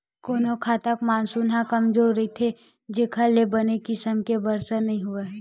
कोनो बखत मानसून ह कमजोर रहिथे जेखर ले बने किसम ले बरसा नइ होवय